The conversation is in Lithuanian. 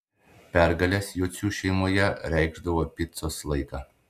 pergalės jocių šeimoje reikšdavo picos laiką